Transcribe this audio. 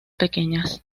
pequeñas